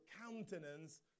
countenance